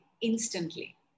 instantly